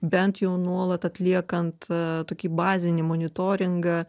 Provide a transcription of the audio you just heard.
bent jau nuolat atliekant tokį bazinį monitoringą